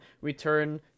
return